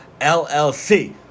LLC